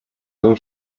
том